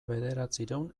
bederatziehun